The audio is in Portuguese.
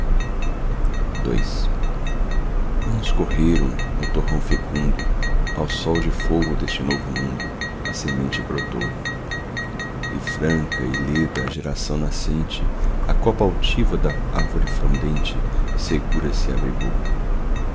liberdade anos correram no torrão fecundo ao sol de fogo deste novo mundo a semente brotou e franca e leda a geração nascente à copa altiva da árvore frondente segura se abrigou